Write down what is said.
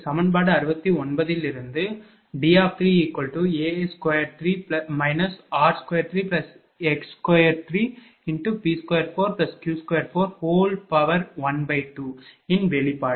சமன்பாடு 69 இலிருந்து D3A23 r23x2P24Q2412 இன் வெளிப்பாடு